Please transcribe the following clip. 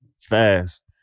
fast